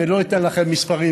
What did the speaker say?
ולא אתן לכם מספרים,